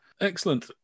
excellent